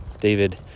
David